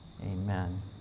Amen